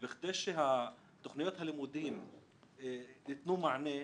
בכדי שתוכניות הלימודים יתנו מענה,